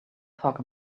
talk